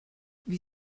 wie